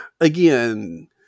again